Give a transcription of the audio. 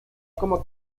como